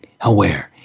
aware